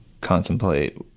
contemplate